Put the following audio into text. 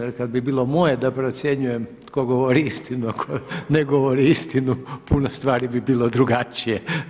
Jer kad bi bilo moje da procjenjujem tko govori istinu, a tko ne govori istinu puno stvari bi bilo drugačije.